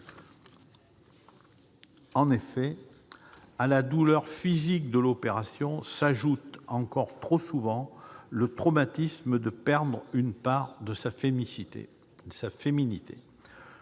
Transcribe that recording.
En effet, à la douleur physique de l'opération s'ajoute encore, trop souvent, le traumatisme de perdre une part de sa féminité.